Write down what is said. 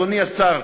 אדוני השר,